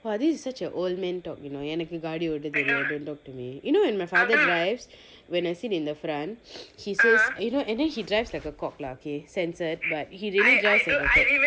!wah! this is such a old man talk you know எனக்கு:enakku gardi ஓட்டத்தெரியும்:oattattheriyum don't talk to me you know if my father drives when I sit in the front he says you know and then he drives like a cop lah okay censored but he really drives like a cop